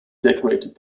decorated